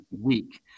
week